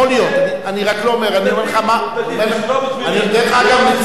יכול להיות, אני רק לא אומר, אני אומר לך מה,